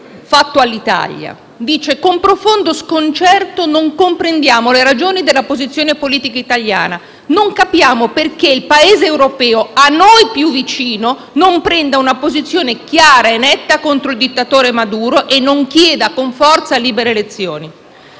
rivolto all'Italia, dicendo: «Con profondo sconcerto non comprendiamo le ragioni della posizione politica italiana. Non capiamo perché il Paese europeo a noi più vicino non prende una posizione chiara e netta contro il dittatore Maduro e non chieda, con forza, libere elezioni